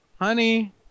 honey